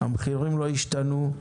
המחירים לא השתנו.